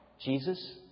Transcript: Jesus